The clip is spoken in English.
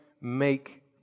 make